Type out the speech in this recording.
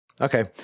Okay